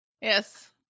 Yes